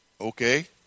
Okay